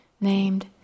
named